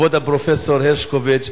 כבוד הפרופסור הרשקוביץ,